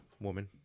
woman